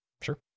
sure